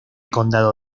condado